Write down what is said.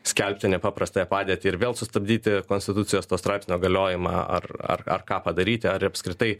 skelbti nepaprastąją padėtį ir vėl sustabdyti konstitucijos to straipsnio galiojimą ar ar ar ką padaryti ar apskritai